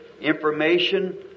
information